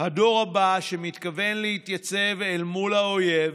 הדור הבא, שמתכוון להתייצב אל מול האויב,